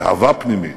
להבה פנימית,